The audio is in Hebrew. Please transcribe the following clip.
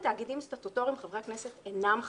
באיגודים סטטוטוריים חברי הכנסת אינם חברים.